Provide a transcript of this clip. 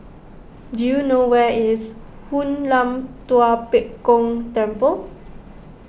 do you know where is Hoon Lam Tua Pek Kong Temple